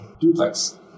duplex